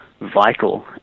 vital